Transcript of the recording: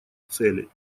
целей